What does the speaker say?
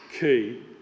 key